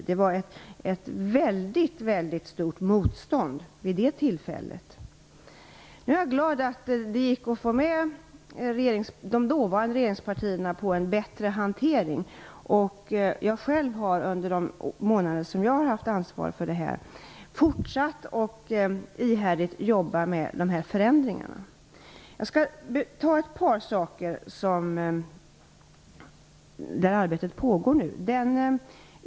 Det var ett väldigt stort motstånd vid det tillfället. Nu är jag glad att det gick att få med de dåvarande regeringspartierna på en bättre hantering. Jag har själv under de månader som jag har haft ansvaret för detta område fortsatt att ihärdigt jobba med de här förändringarna. Jag skall ta upp ett par saker när det gäller det arbete som pågår nu.